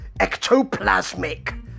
Ectoplasmic